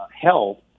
health